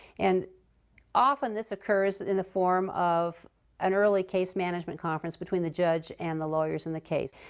and often, this occurs in the form of an early case management conference between the judge and the lawyers in the case.